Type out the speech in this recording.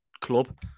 club